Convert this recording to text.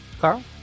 Carl